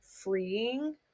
freeing